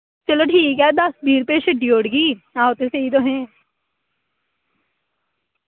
चलो ठीक ऐ दस बीह् रपेऽ छड्डी ओड़गी आओ ते सेही तुसें